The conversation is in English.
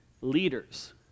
leaders